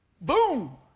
Boom